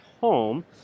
home